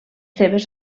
seves